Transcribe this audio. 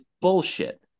bullshit